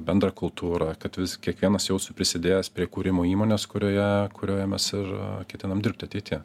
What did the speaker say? bendrą kultūrą kad vis kiekvienas jaustų prisidėjęs prie kūrimo įmonės kurioje kurioje mes ir ketinam dirbt ateity